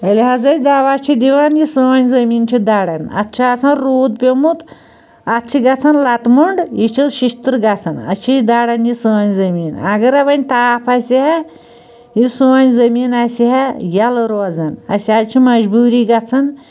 ییٚلہِ حظ أسۍ دوا چھِ دِوان یہِ سٲنۍ زٔمیٖن چھِ دران اَتھ چھُ آسان روٗد پیٛومُت اَتھ چھِ گژھان لَتہٕ موٚنٛڈ یہِ چھِ شِشتٕر گژھان اسہِ چھِ یہِ دران یہِ سٲنۍ زٔمیٖن اَگرٔے وۄنۍ تاپھ آسہِ ہا یہِ سٲن زٔمیٖن آسہِ ہا یَلہٕ روزان اسہِ حظ چھِ مَجبوٗری گژھان